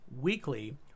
weekly